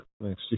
Next